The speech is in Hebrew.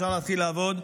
אפשר להתחיל לעבוד.